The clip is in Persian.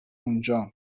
اونجام